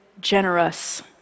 generous